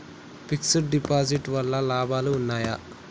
Fix డ్ deposit వల్ల లాభాలు ఉన్నాయి?